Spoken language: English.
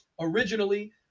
originally